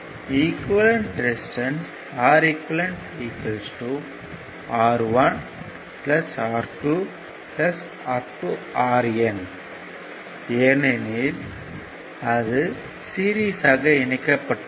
equivalent resistance Req R1 R2 RN ஏனெனில் அது சீரிஸ்யாக இணைக்கப்பட்டுள்ளது